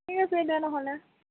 ঠিক আছে দে নহ'লে